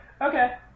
okay